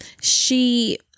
she-